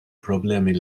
problemi